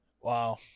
wow